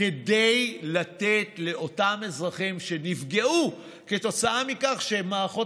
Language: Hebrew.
כדי לתת לאותם אזרחים שנפגעו כתוצאה מכך שמערכות